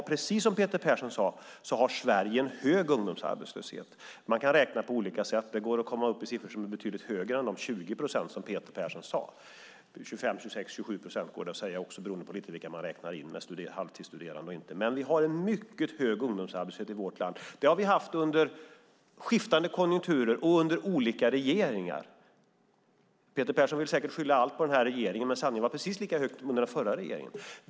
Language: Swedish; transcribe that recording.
Precis som Peter Persson sade har Sverige en hög ungdomsarbetslöshet. Man kan räkna på olika sätt; det går att komma upp i siffror som är betydligt högre än de 20 procent som Peter Persson talade om. Det går att säga 25, 26 eller 27 procent också, lite beroende på vilka man räknar in, som halvtidsstuderande. Vi har dock en mycket hög ungdomsarbetslöshet i vårt land. Det har vi haft under skiftande konjunkturer och olika regeringar. Peter Persson vill säkert skylla allt på den här regeringen, men sanningen är att siffran var precis lika hög under den förra regeringen.